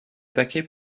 paquet